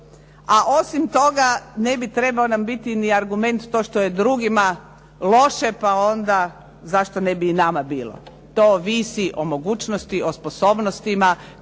a osim toga ne bi trebao nam biti ni argument to što je drugima loše pa onda zašto ne bi i nama bilo. To ovisi o mogućnosti, o sposobnostima.